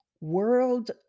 World